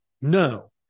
No